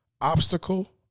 obstacle